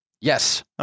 Yes